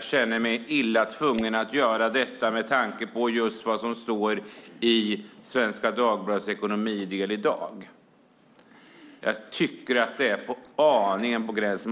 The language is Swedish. känner mig illa tvungen att göra det just med tanke på vad som står i Svenska Dagbladets näringslivsdel i dag. Jag tycker att det är aningen på gränsen.